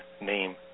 name